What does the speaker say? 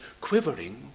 quivering